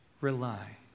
rely